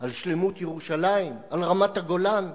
על שלמות ירושלים, על רמת-הגולן.